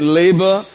labor